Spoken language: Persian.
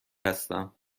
هستم